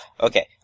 Okay